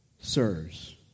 Sirs